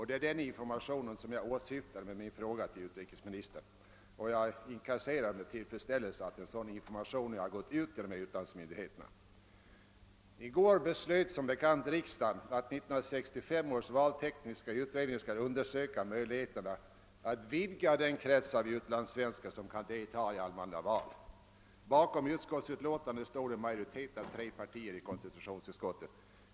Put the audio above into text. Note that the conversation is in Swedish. Det är denna information som jag åsyftade med min fråga till utrikesministern, och jag inregistrerar nu med tillfredsställelse att information har gått ut till utlandsmyndigheterna. Riksdagen beslöt som bekant i går att 1965 års valtekniska utredning skall undersöka möjligheterna att vidga den krets av utlandssvenskar som kan delta i allmänna val. Bakom utskottets utlåtande stod en majoritet av tre partier i konstitutionsutskottet.